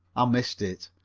i missed it.